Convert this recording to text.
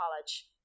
college